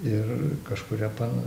ir kažkuria pan